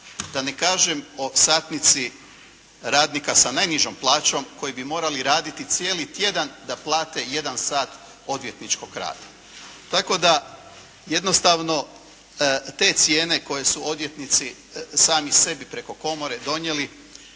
da ne kažem o satnici radnika sa najnižom plaćom koji bi morali raditi cijeli tjedan da plate jedan sat odvjetničkog rada. Tako da jednostavno te cijene koje su odvjetnici sami sebi preko Komore donijeli